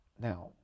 Now